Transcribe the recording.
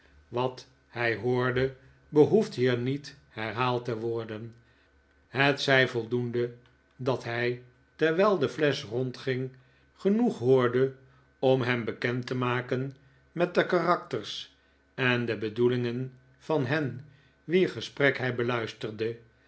wat hij hoorde behoeft hier niet herhaald te worden het zij voldoende dat hij terwijl de flesch rondging genoeg hoorde om hem bekend te maken met de karakters en bedoelingen van hen wier gesprek hij beluisterde